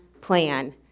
plan